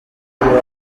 nibwo